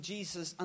Jesus